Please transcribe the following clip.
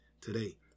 today